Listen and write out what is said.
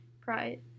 pride